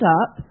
up